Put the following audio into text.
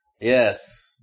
Yes